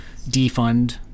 defund